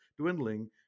dwindling